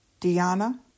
Diana